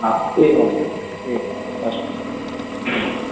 हा एवं एवं एवम् अस्तु